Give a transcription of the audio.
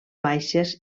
baixes